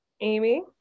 Amy